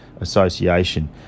association